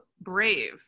brave